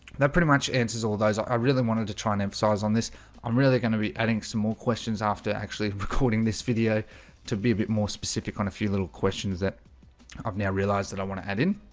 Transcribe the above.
that pretty much answers all those i really wanted to try and emphasize on this i'm really going to be adding some more questions after actually recording this video to be a bit more specific on a few little questions that i've now realized that i want to add in